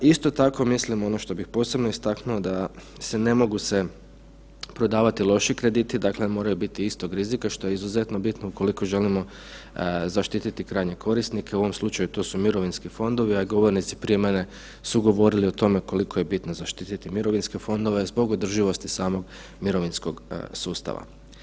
Isto tako mislim ono što bi posebno istaknuo da se, ne mogu se prodavati loši krediti, dakle ne moraju biti istog rizika što je izuzetno bitno ukoliko želimo zaštititi krajnje korisnike, u ovom slučaju to su mirovinski fondovi, a govornici prije mene su govorili o tome koliko je bitno zaštititi mirovinske fondove zbog održivosti samog mirovinskog sustava.